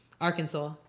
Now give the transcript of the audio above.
Arkansas